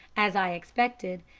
as i expected,